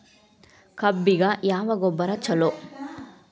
ಕಬ್ಬಿಗ ಯಾವ ಗೊಬ್ಬರ ಛಲೋ?